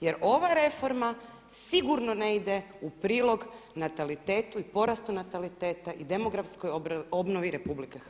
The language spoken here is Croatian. Jer ova reforma sigurno ne ide u prilog natalitetu i porastu nataliteta i demografskoj obnovi RH.